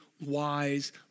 wise